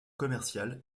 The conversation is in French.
commerciales